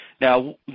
Now